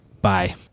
bye